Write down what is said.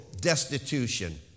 destitution